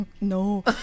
No